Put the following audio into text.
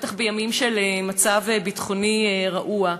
בטח בימים של מצב ביטחוני רעוע.